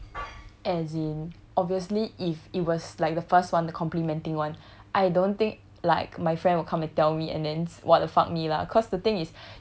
as in obviously if it was like the first one the complimenting one I don't think like my friend will come and tell me and then what the fuck me lah cause the thing is